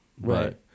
right